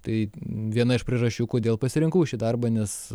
tai viena iš priežasčių kodėl pasirinkau šį darbą nes